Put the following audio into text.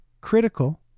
critical